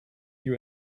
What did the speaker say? you